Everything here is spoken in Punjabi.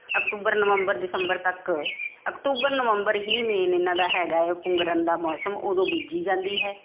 ਅਕਤੂਬਰ ਨਵੰਬਰ ਦਿਸੰਬਰ ਤੱਕ ਅਕਤੂਬਰ ਨਵੰਬਰ ਹੀ ਮੇਨ ਇਹਨਾਂ ਦਾ ਹੈਗਾ ਹੈ ਪੁੰਗਰਨ ਦਾ ਮੌਸਮ ਉਦੋਂ ਬੀਜੀ ਜਾਂਦੀ ਹੈ